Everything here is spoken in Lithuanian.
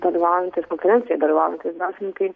dalyvaujantys konferncijoj dalyvaujantys dvasininkai